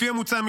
לפי המוצע,